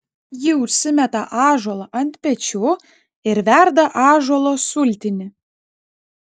ji užsimeta ąžuolą ant pečių ir verda ąžuolo sultinį